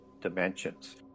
dimensions